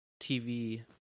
TV